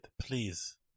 please